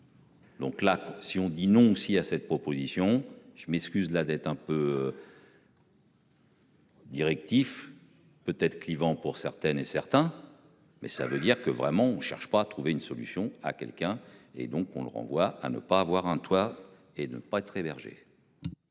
Donc là si on dit non aussi à cette proposition. Je m'excuse, la dette un peu. Directif peut être clivant pour certaines et certains mais ça veut dire que vraiment on cherche pas à trouver une solution à quelqu'un et donc on le renvoie à ne pas avoir un toit et ne pas être hébergés.